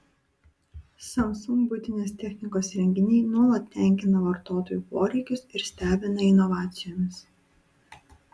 samsung buitinės technikos įrenginiai nuolat tenkina vartotojų poreikius ir stebina inovacijomis